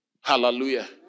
Hallelujah